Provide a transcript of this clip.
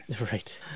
Right